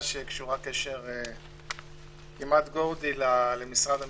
שקשורה קשר כמעט גורדי למשרד המשפטים.